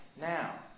now